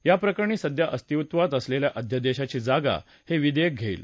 या प्रकरणी सध्या अस्तिवात असलेल्या अध्यादेशाची जागा हे विधेयक घेईल